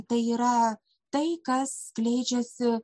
tai yra tai kas skleidžiasi